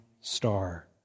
star